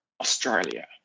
australia